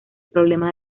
problema